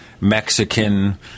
Mexican